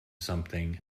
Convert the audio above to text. something